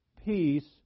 peace